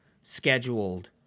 Scheduled